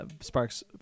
Sparks